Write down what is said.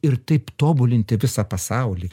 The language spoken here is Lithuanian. ir taip tobulinti visą pasaulį